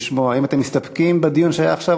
האם אתם מסתפקים בדיון שהיה עכשיו,